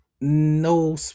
no